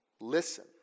listen